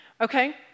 okay